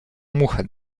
muchę